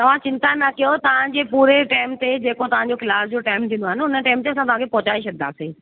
तव्हां चिंता न कयो तव्हांजे पूरे टेम ते जेको तव्हांजो क्लास जो टाइम थींदो आहे न उन टाइम त असां तव्हांखे पहुटचाइ छॾंदासीं